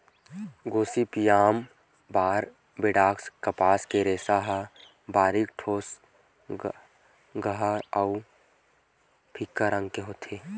Gossypium barbadense कपास के रेसा ह बारीक, ठोसलगहा अउ फीक्का रंग के होथे